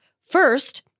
First